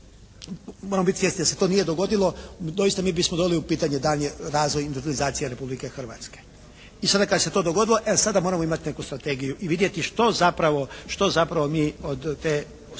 moramo biti svjesni da se to nije dogodilo doista mi bismo doveli u pitanje daljnji razvoj industrijalizacije Republike Hrvatske. I sada kad se to dogodilo e sada moramo imati neku strategiju. I vidjeti što zapravo, što